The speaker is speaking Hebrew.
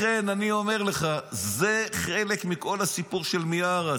לכן אני אומר לך, זה חלק מכל הסיפור של מיארה.